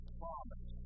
promise